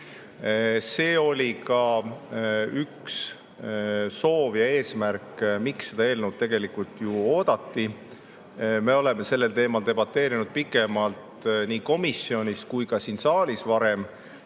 See oli ka üks soov ja eesmärk, miks seda eelnõu tegelikult ju oodati. Me oleme varem sellel teemal debateerinud pikemalt nii komisjonis kui ka siin saalis.